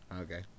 okay